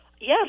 Yes